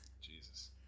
Jesus